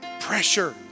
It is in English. pressure